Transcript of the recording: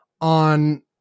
on